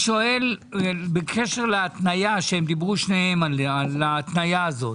בקשר להתניה שדיברו שניהם על ההתניה הזו.